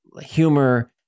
humor